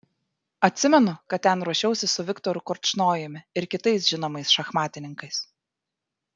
atsimenu kad ten ruošiausi su viktoru korčnojumi ir kitais žinomais šachmatininkais